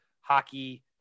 Hockey